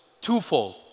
twofold